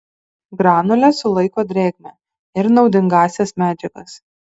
granulės sulaiko drėgmę ir naudingąsias medžiagas